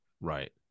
Right